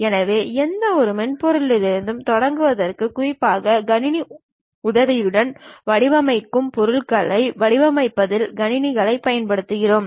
எனவே எந்தவொரு மென்பொருளிலிருந்தும் தொடங்குவதற்கு குறிப்பாக கணினி உதவியுடன் வடிவமைக்கும் பொருள்களை வடிவமைப்பதில் கணினிகளைப் பயன்படுத்துகிறோம்